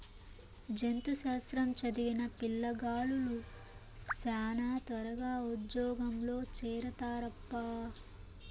జంతు శాస్త్రం చదివిన పిల్లగాలులు శానా త్వరగా ఉజ్జోగంలో చేరతారప్పా